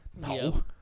No